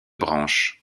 branches